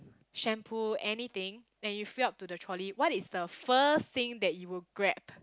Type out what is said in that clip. shampoo anything and you fill up to the trolley what is the first thing that you will grab